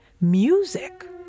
Music